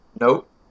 nope